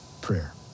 prayer